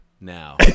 now